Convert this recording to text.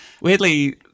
Weirdly